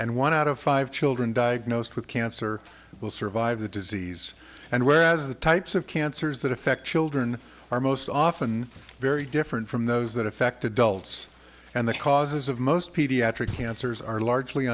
and one out of five children diagnosed with cancer will survive the disease and whereas the types of cancers that affect children are most often very different from those that affect adults and the causes of most pediatric cancers are largely